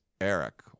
Eric